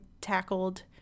tackled